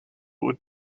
would